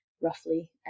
roughly